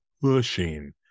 pushing